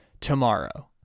tomorrow